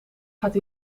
gaat